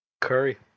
Curry